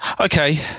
Okay